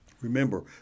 Remember